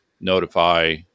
notify